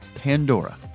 Pandora